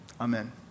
Amen